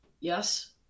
yes